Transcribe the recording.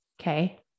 okay